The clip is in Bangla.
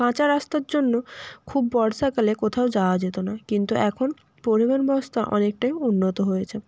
কাঁচা রাস্তার জন্য খুব বর্ষাকালে কোথাও যাওয়া যেত না কিন্তু এখন পরিবহন ব্যবস্থা অনেকটাই উন্নত হয়েছে